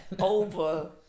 over